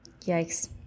Yikes